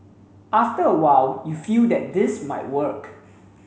after a while you feel that this might work